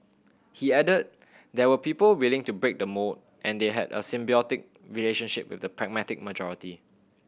he added there were people willing to break the mould and they had a symbiotic relationship with the pragmatic majority